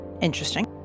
Interesting